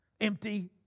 empty